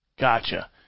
Gotcha